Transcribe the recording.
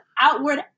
outward